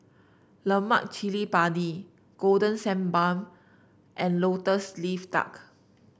Lemak Cili Padi Golden Sand Bun and lotus leaf duck